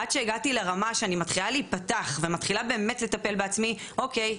עד שהגעתי לרמה שאני מתחילה להיפתח ומתחילה באמת לטפל בעצמי "אוקיי,